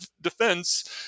defense